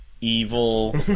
evil